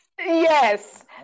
Yes